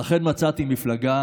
ואכן, מצאתי מפלגה